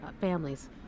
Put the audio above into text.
families